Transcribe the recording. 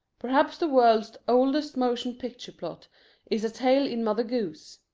perhaps the world's oldest motion picture plot is a tale in mother goose.